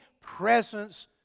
presence